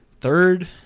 Third